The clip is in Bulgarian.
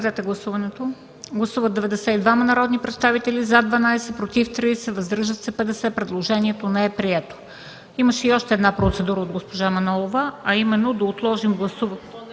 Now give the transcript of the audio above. броене”. Гласуваме. Гласували 92 народни представители: за 12, против 30, въздържали се 50. Предложението не е прието. Имаше и още една процедура от госпожа Манолова, а именно да отложим гласуването...